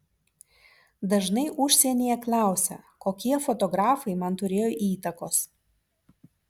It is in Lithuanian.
dažnai užsienyje klausia kokie fotografai man turėjo įtakos